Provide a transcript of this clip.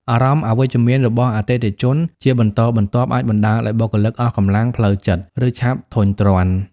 អារម្មណ៍អវិជ្ជមានរបស់អតិថិជនជាបន្តបន្ទាប់អាចបណ្ដាលឱ្យបុគ្គលិកអស់កម្លាំងផ្លូវចិត្ត ឬឆាប់ធុញទ្រាន់។